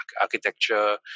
architecture